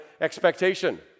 expectation